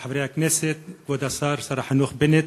חברי חברי הכנסת, כבוד השר, שר החינוך, בנט,